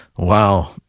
Wow